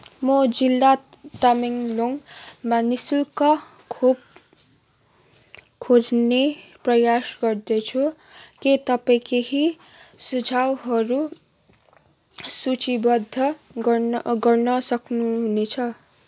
म जिल्ला तामेङलोङमा नि शुल्क खोप खोज्ने प्रयास गर्दैछु के तपाईँ केहि सुझाउहरू सूचीबद्ध गर्न गर्न सक्नुहुनेछ